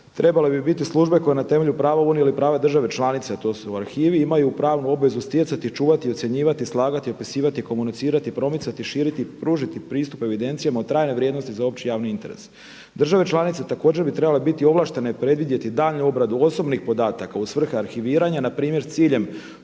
trebale bi biti službe koje na temelju prava Unije ili prava države članice, a to su arhivi imaju pravnu obvezu stjecati, čuvati, ocjenjivati, slagati, opisivati, komunicirati, promicati, širiti, pružiti pristup evidencijama od trajne vrijednosti za opći javni interes. Države članice također bi trebale biti ovlaštene i predvidjeti daljnju obradu osobnih podataka u svrhe arhiviranja na primjer s ciljem